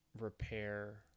repair